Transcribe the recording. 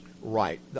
Right